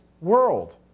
world